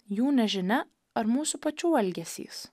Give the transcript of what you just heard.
jų nežinia ar mūsų pačių elgesys